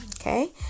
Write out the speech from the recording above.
okay